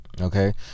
Okay